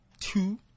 two